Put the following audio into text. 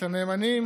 את הנאמנים